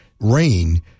Rain